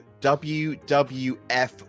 WWF